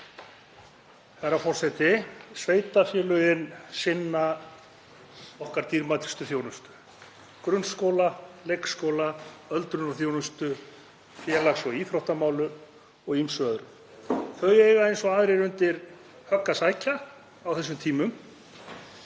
Herra forseti. Sveitarfélögin sinna okkar dýrmætustu þjónustu; grunnskólum, leikskólum, öldrunarþjónustu, félags- og íþróttamálum og ýmsu öðru. Þau eiga eins og aðrir undir högg að sækja á þessum tímum